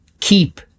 Keep